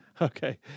Okay